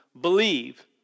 believe